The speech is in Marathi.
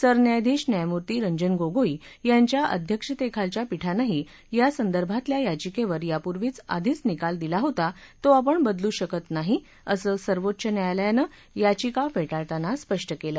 सरन्यायाधीश न्यायमूर्ती रंजन गोगोई यांच्या अध्यक्षतेखालच्या पीठानंही यासंदर्बातल्या याचिकेवर यापूर्वीच आधीच निकाल दिला होता तो आपण बदलू शकत नाही असं सर्वोच्च न्यायालयानं याचिका फेटाळताना स्पष्ट केलं